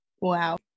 wow